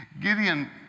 Gideon